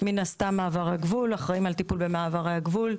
מן הסתם מעבר הגבול אחראיים על טיפול במעברי הגבול,